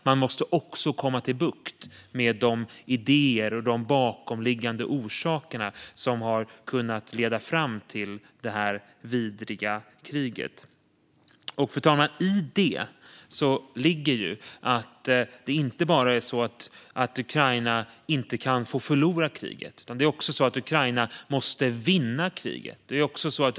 Man måste också få bukt med de idéer och de bakomliggande orsaker som har lett fram till detta vidriga krig. Fru talman! I detta ligger inte bara att Ukraina inte får förlora kriget, utan Ukraina måste vinna kriget.